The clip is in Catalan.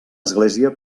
església